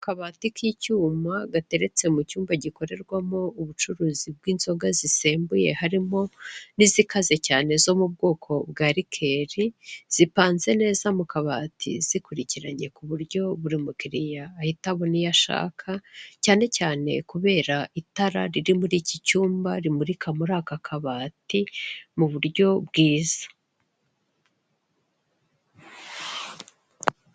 Akabati k'icyuma gateretse mu cyumba gikorerwamo ubucuruzi bw'inzoga zisembuye harimo n'izikaze cyane zo mu bwoko bwa likeri, zipanze neza zikurikiranye ku buryo buri mukiriya ahita abona iyo ashaka, cyane cyane kubera itara riri muri icyi cyumba rimurika muri aka kabati mu buryo bwiza.